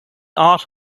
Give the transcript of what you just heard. art